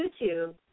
YouTube